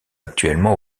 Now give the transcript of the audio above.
actuellement